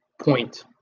point